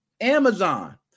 Amazon